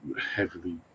heavily